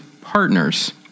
partners